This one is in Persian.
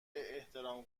احترام